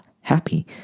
happy